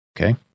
Okay